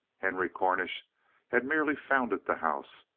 henry cornish had merely founded the house,